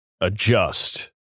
Adjust